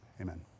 Amen